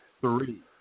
Three